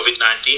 COVID-19